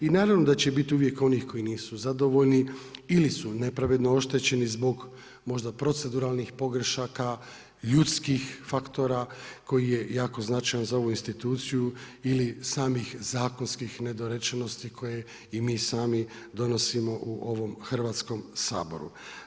I naravno da će biti uvijek onih koji nisu zadovoljni ili su nepravedno oštećeni zbog možda proceduralnih pogrešaka, ljudskih faktora koji je jako značajan za ovu instituciju ili samih zakonskih nedorečenosti koje i mi sami donosimo u ovom Hrvatskom saboru.